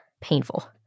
painful